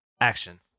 Action